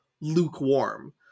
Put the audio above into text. lukewarm